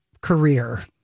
career